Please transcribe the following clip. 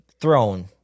throne